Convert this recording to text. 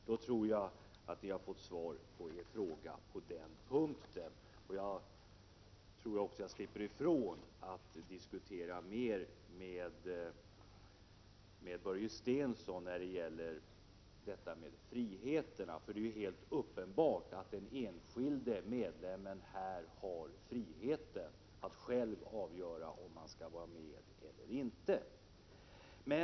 Därmed tror jag att ni har fått svar på er fråga på den punkten och att jag slipper ifrån att diskutera mer med Börje Stensson om detta med friheterna. Det är helt uppenbart att den enskilde medlemmen har friheten att själv avgöra om han skall vara med eller inte.